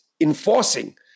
enforcing